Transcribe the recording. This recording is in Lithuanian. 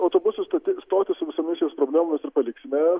autobusų stotis stotį su visomis jos problemomis ir paliksime